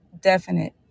definite